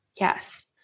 Yes